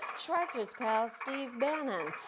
schweizer's pal, steve bannon.